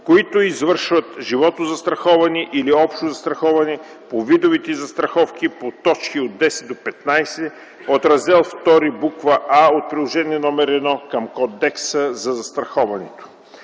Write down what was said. които извършват животозастраховане или общо застраховане по видовете застраховане по точки от 10 до 15 от Раздел ІІ, буква „А” от Приложение № 1 към Кодекса за застраховането.